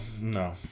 no